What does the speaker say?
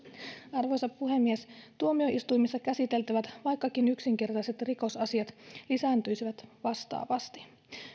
arvoisa puhemies tuomioistuimissa käsiteltävät vaikkakin yksinkertaiset rikosasiat lisääntyisivät vastaavasti